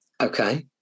okay